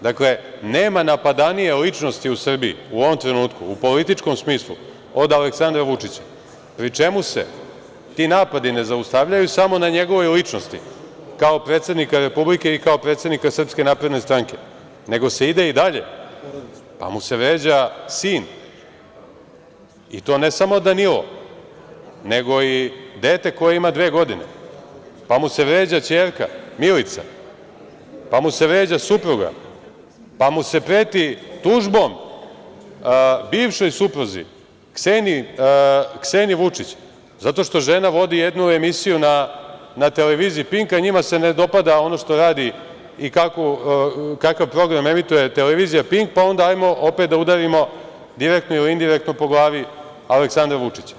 Dakle, nema napadanije ličnosti u Srbiji u ovom trenutku, u političkom smislu od Aleksandra Vučića, pri čemu se ti napadi ne zaustavljaju samo na njegovoj ličnosti, kao predsednika Republike i kao predsednika SNS, nego se ide i dalje, pa mu se vređa sin i to ne samo Danilo, nego i dete koje ima dve godine, pa mu se vređa ćerka Milica, pa mu se vređa supruga, pa mu se preti tužbom bivšoj supruzi Kseniji Vučić, zato što žena vodi jednu emisiju na televiziji „Pink“, a njima se ne dopada ono što radi i kakav program emituje televizija „Pink“, pa onda ajmo opet da udarimo direktno ili indirektno po glavi Aleksandra Vučića.